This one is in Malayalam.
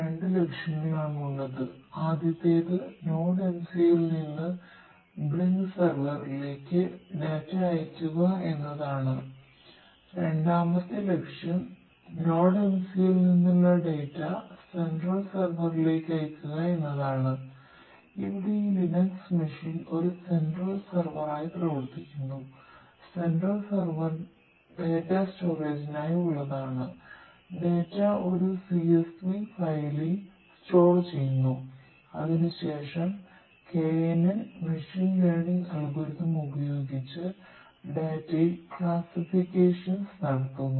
രണ്ടാമത്തെ ലക്ഷ്യം NodeMCU ൽ നിന്നുള്ള ഡാറ്റ നടത്തുന്നു